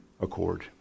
accord